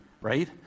right